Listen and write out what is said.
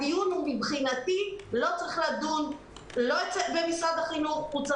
מבחינתי לא צריך לדון במשרד החינוך אלא